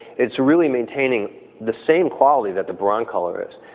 it's really maintaining the same quality that the broncolor is,